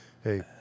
Hey